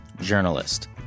journalist